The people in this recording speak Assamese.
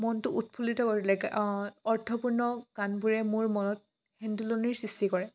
মনটো উৎফুল্লিত কৰি তোলে অঁ অৰ্থপূৰ্ণ গানবোৰে মোৰ মনত হেন্দোলনিৰ সৃষ্টি কৰে